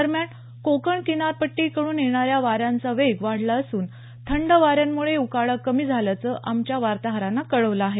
दरम्यान कोकण किनारपट्टी कडून येणाऱ्या वाऱ्यांचा वेग वाढला असून थंड वाऱ्यामुंळे उकाडा कमी झाल्याचं आमच्या वार्ताहरानं कळवलं आहे